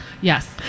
Yes